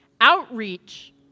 outreach